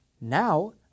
Now